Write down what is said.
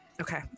Okay